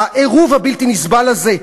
העירוב הבלתי-נסבל הזה.